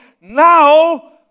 now